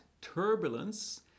turbulence